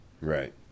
Right